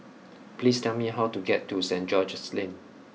please tell me how to get to Saint George's Lane